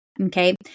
Okay